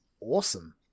awesome